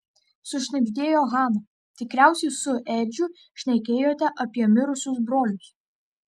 sušnibždėjo hana tikriausiai su edžiu šnekėjote apie mirusius brolius